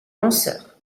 lanceur